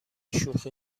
شوخی